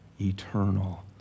eternal